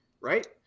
right